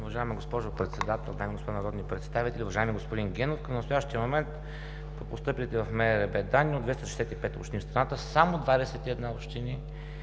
Уважаема госпожо Председател, дами и господа народни представители, уважаеми господин Генов! Към настоящия момент по постъпилите в МРРБ данни от 265 общини в страната само 21 общини